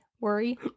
Worry